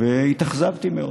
והתאכזבתי מאוד.